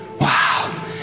wow